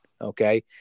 Okay